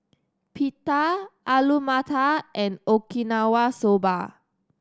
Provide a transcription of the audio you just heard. Pita Alu Matar and Okinawa Soba